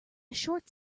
short